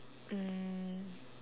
mm